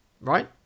right